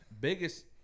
Biggest